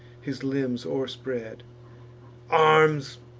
his limbs o'erspread. arms!